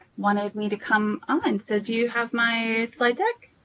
wanted me to come on. so do you have my slide deck?